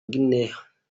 guinea